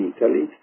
Italy